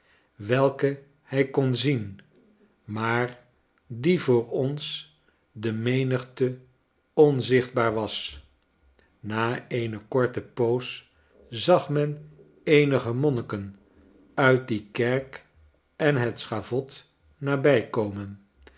welke hij kon zien maar die voor ons de menigte onzichtbaar was na eene korte poos zag men eenige monniken uit die kerk en het schavot nabij komen